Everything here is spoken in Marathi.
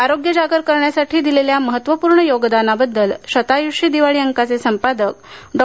आरोग्यजागर करण्यासाठी दिलेल्या महत्त्वपूर्ण योगदानाबद्दल शतायुषी दिवाळी अंकाचे संपादक डॉ